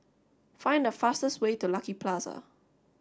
find the fastest way to Lucky Plaza